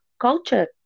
culture